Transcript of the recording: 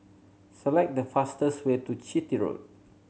select the fastest way to Chitty Road